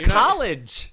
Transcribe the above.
college